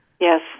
Yes